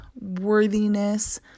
Worthiness